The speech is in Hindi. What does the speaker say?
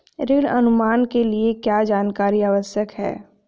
ऋण अनुमान के लिए क्या जानकारी आवश्यक है?